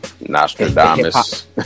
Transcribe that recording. Nostradamus